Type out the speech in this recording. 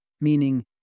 meaning